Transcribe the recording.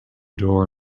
door